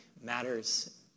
matters